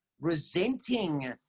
resenting